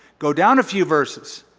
go down a few versus.